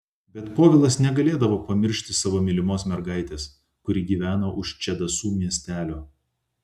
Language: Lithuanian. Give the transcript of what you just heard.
bet povilas negalėdavo pamiršti savo mylimos mergaitės kuri gyveno už čedasų miestelio